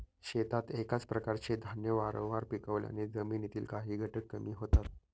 शेतात एकाच प्रकारचे धान्य वारंवार पिकवल्याने जमिनीतील काही घटक कमी होतात